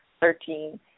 thirteen